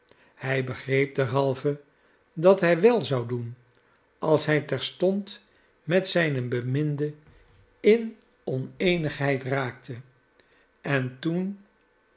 hij begreep derhalve dat hij wel zou doen als hij terstond met zijne beminde in oneenigheid raakte en toen